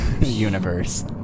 universe